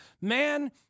man